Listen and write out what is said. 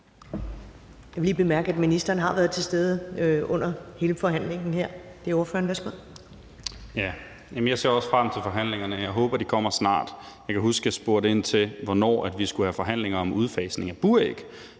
Jeg vil lige bemærke, at ministeren har været til stede under hele forhandlingen her. Det er ordføreren, værsgo. Kl. 10:47 Carl Valentin (SF): Jamen jeg ser også frem til forhandlingerne, og jeg håber, de kommer snart. Jeg kan huske, jeg spurgte ind til, hvornår vi skulle have forhandlinger om udfasning af buræg.